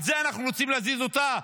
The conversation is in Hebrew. על זה אנחנו רוצים להזיז אותה?